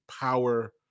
power